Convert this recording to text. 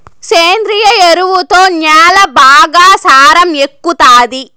సేంద్రియ ఎరువుతో న్యాల బాగా సారం ఎక్కుతాది